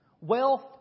Wealth